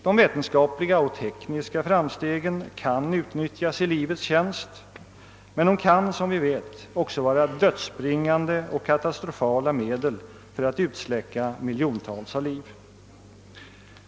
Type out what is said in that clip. De vetenskapliga och tekniska framstegen kan utnyttjas i livets tjänst, men de kan som vi vet också vara dödsbringande och katastrofala medel för att utsläcka miljontals liv.